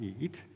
eat